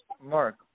Mark